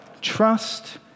Trust